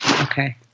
Okay